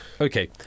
Okay